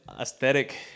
aesthetic